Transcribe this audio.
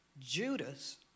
Judas